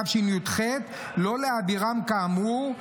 התשי"ח --- לא העבירם כאמור,